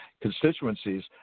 constituencies